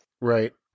Right